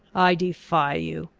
i defy you!